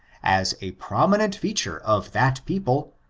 as a prominent feature of that people,